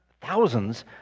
thousands